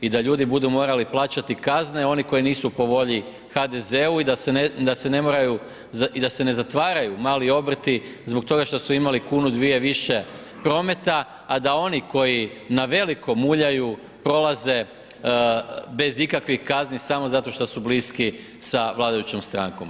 I da ljudi budu morali plaćati kazne, oni koji nisu po volji HDZ-u i da se ne moraju i da se ne zatvaraju mali obrti zbog toga što su imali kunu, dvije više prometa, a da oni koji na veliko muljaju prolaze bez ikakvih kazni samo zato što bliski sa vladajućom strankom.